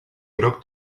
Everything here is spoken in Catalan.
groc